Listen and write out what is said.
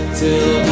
till